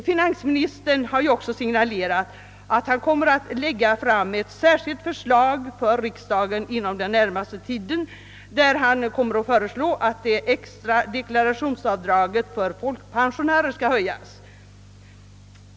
Finansministern har också signalerat att han inom den närmaste tiden kommer att lägga fram ett särskilt förslag om att det extra deklarationsavdraget för folkpensionärer skall höjas.